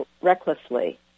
recklessly